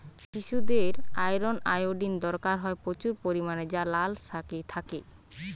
শিশুদের iron, iodine দরকার হয় প্রচুর পরিমাণে যা লাল শাকে থাকে